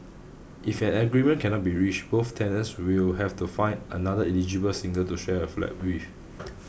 if an agreement cannot be reached both tenants will have to find another eligible single to share a flat with